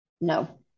No